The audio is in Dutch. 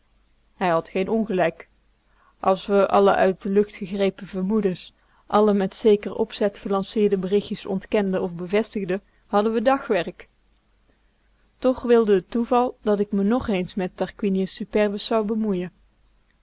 hij had geen ongelijk als we alle uit de lucht gegrepen vermoedens alle met zeker opzet gelanceerde berichtjes ontkenden of bevestigden hadden we dagwerk toch wilde t toeval dat ik me nag eens met tarquinius superbus zou bemoeien